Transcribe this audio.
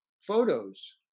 photos